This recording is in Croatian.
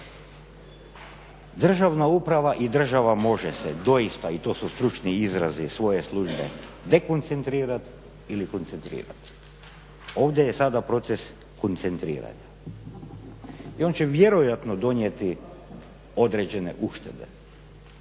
Državna uprava i država može se doista i to su stručni izrazi svoje službe dekoncentrirat ili koncentrirat. Ovdje je sada proces koncentriranja i on će vjerojatno donijeti određene uštede.